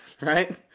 Right